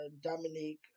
Dominique